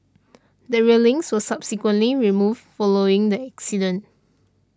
the railings were subsequently removed following the accident